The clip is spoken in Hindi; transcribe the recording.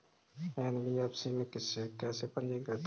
एन.बी.एफ.सी में कैसे पंजीकृत करें?